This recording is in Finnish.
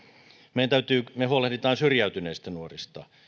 me huolehdimme syrjäytyneistä nuorista on